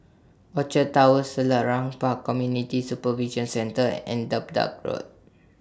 Orchard Towers Selarang Park Community Supervision Centre and Dedap Road